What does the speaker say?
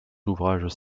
ouvrages